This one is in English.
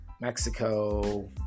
Mexico